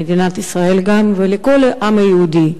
גם למדינת ישראל ולכל העם היהודי.